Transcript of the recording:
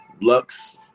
Lux